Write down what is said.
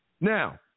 Now